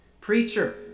Preacher